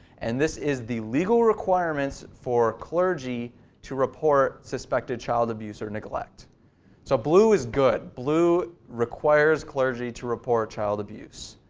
and this is the legal requirements for clergy to report suspected child abuse or neglect so blue is good. blue requires clergy to report child abuse.